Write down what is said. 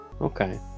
okay